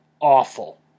awful